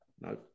No